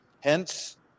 Hence